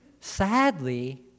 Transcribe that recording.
Sadly